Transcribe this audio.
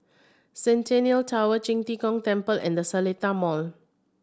Centennial Tower Qing De Gong Temple and The Seletar Mall